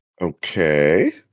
Okay